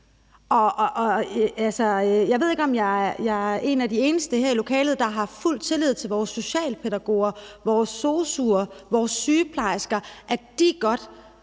Jeg ved ikke, om jeg er en eneste her i lokalet, der har fuld tillid til vores socialpædagoger, vores sosu'er og vores sygeplejersker og til, at de godt